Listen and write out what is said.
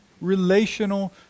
relational